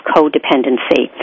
Codependency